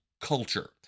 culture